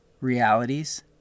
realities